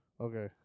Okay